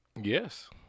Yes